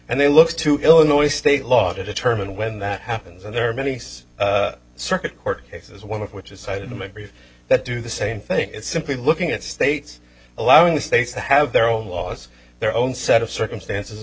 and then look to illinois state law to determine when that happens and there are many s circuit court cases one of which is cited that do the same thing simply looking at states allowing the states have their own laws their own set of circumstances